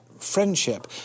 friendship